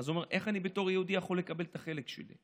אז הוא אומר: איך אני בתור יהודי יכול לקבל את החלק שלי?